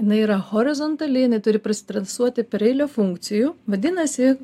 jinai yra horizontali jinai turi prasitransuoti per eilę funkcijų vadinasi